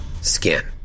skin